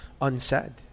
unsaid